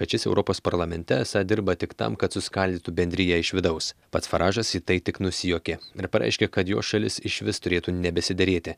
kad šis europos parlamente esą dirba tik tam kad suskaldytų bendriją iš vidaus pats faražas į tai tik nusijuokė ir pareiškė kad jo šalis išvis turėtų nebesiderėti